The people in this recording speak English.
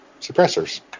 suppressors